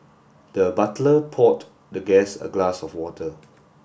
the butler poured the guest a glass of water